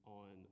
on